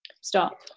stop